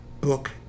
book